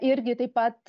irgi taip pat